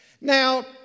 Now